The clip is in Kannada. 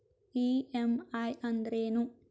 ಇ.ಎಂ.ಐ ಅಂದ್ರೇನು?